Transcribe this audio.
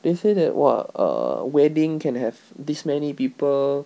they say that !wah! err wedding can have this many people